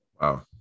Wow